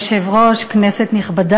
יושב-ראש האופוזיציה חבר הכנסת יצחק הרצוג.